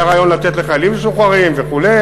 היה רעיון לתת לחיילים משוחררים וכו'.